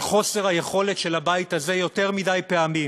על חוסר היכולת של הבית הזה יותר מדי פעמים